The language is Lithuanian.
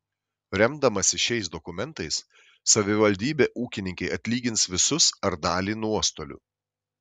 remdamasi šiais dokumentais savivaldybė ūkininkei atlygins visus ar dalį nuostolių